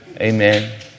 Amen